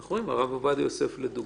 אנחנו זוכרים את הרב עובדיה יוסף לדוגמה,